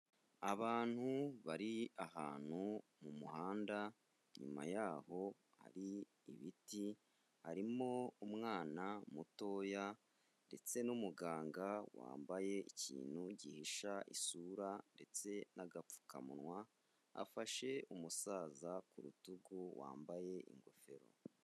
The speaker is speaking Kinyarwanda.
Abantu bari ahantu mu muhanda, inyuma yaho hari ibiti, harimo umwana mutoya ndetse n'umuganga wambaye ikintu gihisha isura ndetse n'agapfukamunwa, afashe umusaza ku rutugu wambaye ingofero.